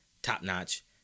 top-notch